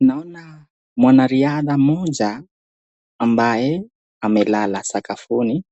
Naona mwanariadha mmoja ambaye amelala sakafuni